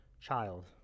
child